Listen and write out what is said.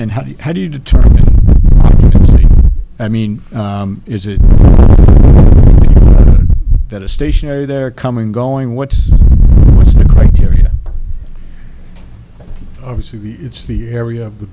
and how do you how do you determine i mean is it that a stationary they're coming going what's what's the criteria obviously it's the area of the